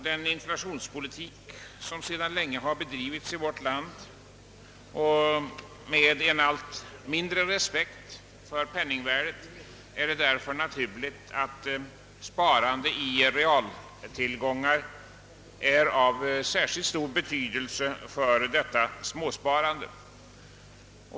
Den inflationspolitik som sedan länge bedrivits och den allt mindre respekten för penningvärdet gör att sparandet i realtillgångar blir av särskild betydelse för småspararna.